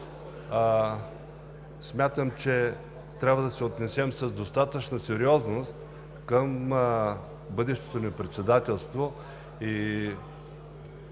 Смятам, че трябва да се отнесем с достатъчна сериозност към бъдещото ни председателство.